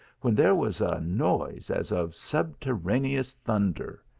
when there was a noise as of subterraneous thunder.